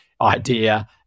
idea